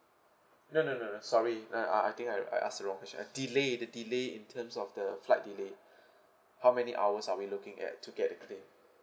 no no no no sorry uh uh I think I I asked the wrong question uh delay the delay in terms of the flight delay how many hours are we looking at to get the claim